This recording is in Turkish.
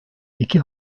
i̇ki